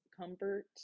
comfort